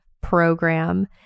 program